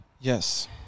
yes